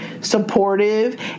supportive